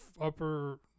upper